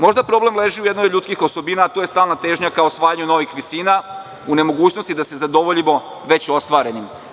Možda problem leži u jednoj od ljudskih osobina, a to je stalna težnja ka osvajanju novih visina, u nemogućnosti da se zadovoljimo već ostvarenim.